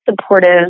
supportive